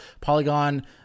Polygon